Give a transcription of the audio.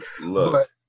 Look